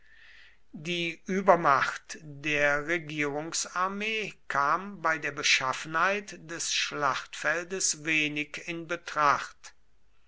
die übermacht der regierungsarmee kam bei der beschaffenheit des schlachtfeldes wenig in betracht